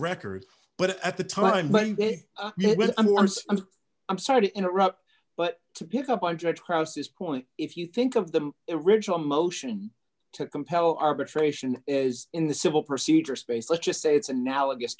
record but at the time but i'm sorry to interrupt but to pick up on judge process point if you think of the original motion to compel arbitration is in the civil procedure space let's just say it's analogous